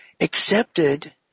accepted